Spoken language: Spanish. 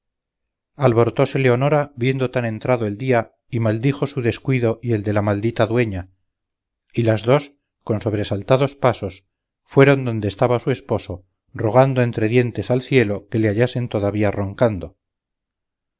noche alborotóse leonora viendo tan entrado el día y maldijo su descuido y el de la maldita dueña y las dos con sobresaltados pasos fueron donde estaba su esposo rogando entre dientes al cielo que le hallasen todavía roncando